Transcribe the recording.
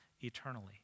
eternally